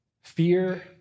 Fear